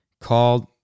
called